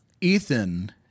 Ethan